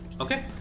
okay